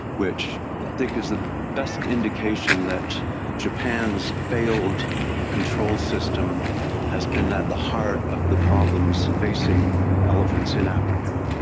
which i think is the best indication that japan's failed control system has been at the heart of the problems facing elephants in africa.